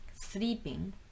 sleeping